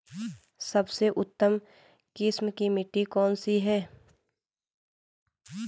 सबसे उत्तम किस्म की मिट्टी कौन सी है?